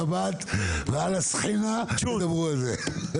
אותו לשבת ועל הסחינה תדברו על זה...